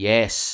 Yes